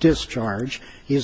discharge he